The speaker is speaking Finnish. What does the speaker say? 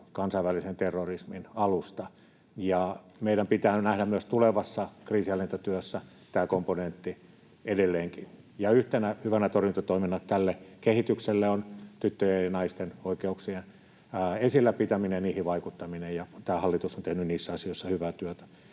kansainvälisen terrorismin alusta, ja meidän pitää nähdä myös tulevassa kriisinhallintatyössä tämä komponentti edelleenkin. Yhtenä hyvänä torjuntatoimena tälle kehitykselle on tyttöjen ja naisten oikeuksien esillä pitäminen ja niihin vaikuttaminen, ja tämä hallitus on tehnyt niissä asioissa hyvää työtä.